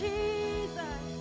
Jesus